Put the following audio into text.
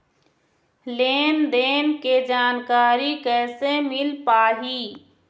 लेन देन के जानकारी कैसे मिल पाही?